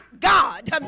God